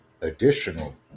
additional